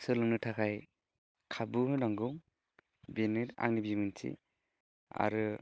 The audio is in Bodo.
सोलोंनो थाखाय खाबु होनांगौ बेनो आंनि बिबुंथि आरो